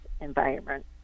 environment